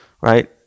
right